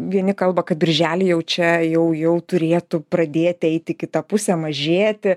vieni kalba kad birželį jau čia jau jau turėtų pradėti eiti į kitą pusę mažėti